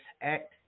Act